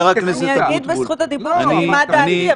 חבר הכנסת אבוטבול --- אני אגיד בזכות הדיבור מה דעתי.